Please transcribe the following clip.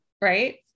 right